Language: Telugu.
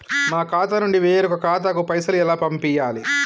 మా ఖాతా నుండి వేరొక ఖాతాకు పైసలు ఎలా పంపియ్యాలి?